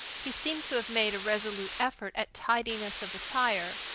he seemed to have made a resolute effort at tidiness of attire,